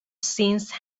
since